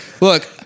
Look